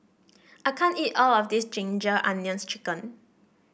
I can't eat all of this Ginger Onions chicken